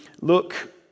look